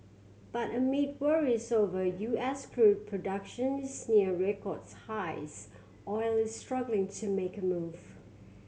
but amid worries over U S crude productions near record highs oil is struggling to make a move